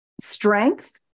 strength